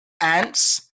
Ants